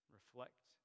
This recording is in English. reflect